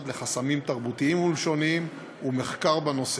לחסמים תרבותיים ולשוניים ומחקר בנושא.